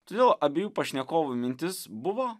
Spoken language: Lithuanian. todėl abiejų pašnekovų mintis buvo